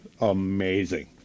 amazing